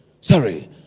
sorry